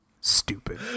Stupid